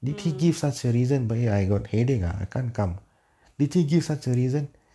mm